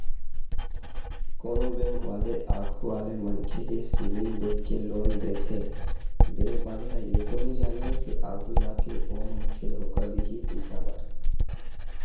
कोनो बेंक वाले आघू वाले मनखे के सिविल देख के लोन देथे बेंक वाले ह ये तो नइ जानय के आघु जाके ओ मनखे धोखा दिही पइसा बर